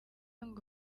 ngo